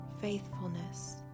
faithfulness